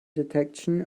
detection